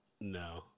No